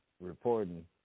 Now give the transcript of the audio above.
reporting